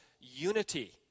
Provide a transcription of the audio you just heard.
unity